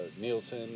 Nielsen